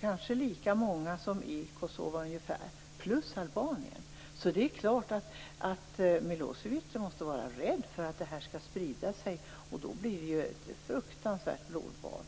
kanske lika många albaner som i Kosova. Det är klart att Milosevic måste vara rädd för att detta skall sprida sig, för då blir det ett fruktansvärt blodbad.